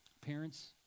Parents